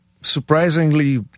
surprisingly